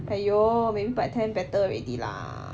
!aiyo! by ten better already lah